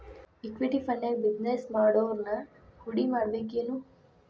Equity ಫಂಡ್ನ್ಯಾಗ business ಮಾಡೊವ್ರನ ಹೂಡಿಮಾಡ್ಬೇಕೆನು?